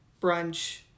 Brunch